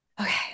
okay